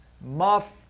muff